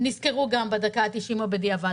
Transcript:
נזכרו גם בדקה ה-90 או בדיעבד.